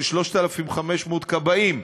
של 3,500 כבאים.